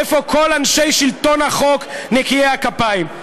איפה כל אנשי שלטון החוק נקיי הכפיים?